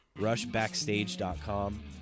Rushbackstage.com